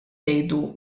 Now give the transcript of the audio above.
ngħidu